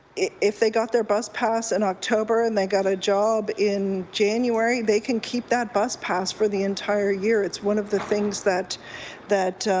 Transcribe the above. if they got their bus pass in october and they got a job in january, they can keep that bus pass for the entire year. it's one of the things that that